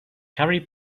carrie